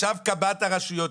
ישב קב"ט הרשויות,